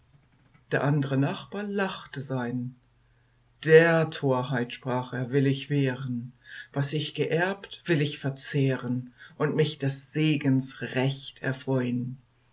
der andre nachbar lachte sein der torheit sprach er will ich wehren was ich geerbt will ich verzehren und mich des segens recht erfreun